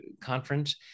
conference